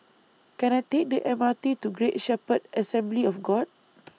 Can I Take The M R T to Great Shepherd Assembly of God